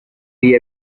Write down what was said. the